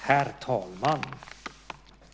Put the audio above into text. Herr talman!